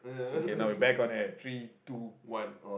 okay now we back on air three two one